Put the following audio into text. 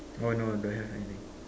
orh no don't have anything